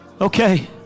Okay